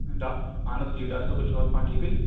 ڈا اَہَن حظ ٹھیٖک ڈاکٹر صٲب تُہۍ چھُو حظ پانہٕ ٹھیٖکٕے